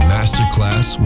Masterclass